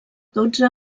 dotze